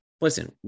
listen